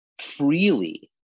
freely